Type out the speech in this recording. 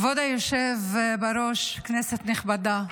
כבוד היושב בראש, כנסת נכבדה,